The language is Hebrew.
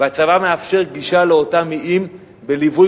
והצבא מאפשר גישה לאותם איים בליווי